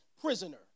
prisoner